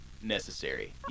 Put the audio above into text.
necessary